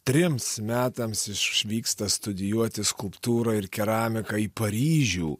trims metams išvyksta studijuoti skulptūrą ir keramiką į paryžių